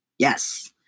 Yes